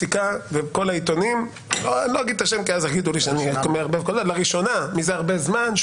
בכל העיתונים שאומר: לראשונה מזה הרבה זמן,